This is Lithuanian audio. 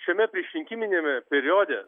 šiame priešrinkiminiame periode